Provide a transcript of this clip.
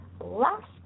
last